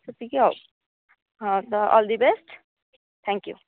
ସେତିକି ଆଉ ହଁ ଆଉ all the best thank you